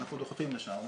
אנחנו דוחפים לשם.